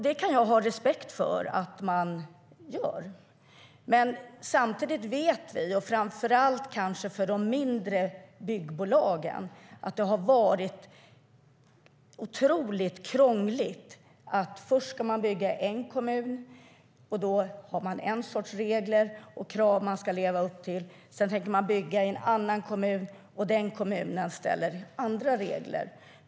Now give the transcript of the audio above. Det kan jag ha respekt för att man gör. Men samtidigt vet vi att det har varit otroligt krångligt för byggbolagen, framför allt kanske för de mindre. Först ska man bygga i en kommun med en sorts regler och krav man ska leva upp till. Sedan tänker man bygga i en annan kommun, men den kommunen har andra regler.